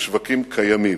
בשווקים קיימים.